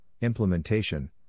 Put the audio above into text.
implementation